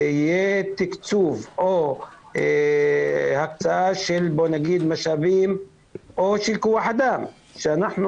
יהיה תקצוב או הקצאה של משאבים או של כוח אדם כדי שאנחנו